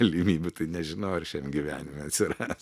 galimybių tai nežinau ar šiam gyvenime atsiras